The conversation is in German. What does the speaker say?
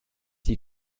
die